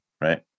right